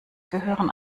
gehören